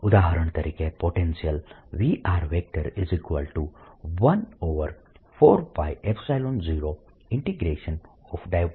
ઉદાહરણ તરીકે potential V14π0